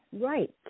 Right